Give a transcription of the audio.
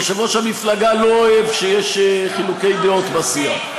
יושב-ראש המפלגה לא אוהב שיש חילוקי דעות בסיעה,